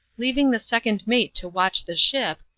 leaving the second mate to watch the ship,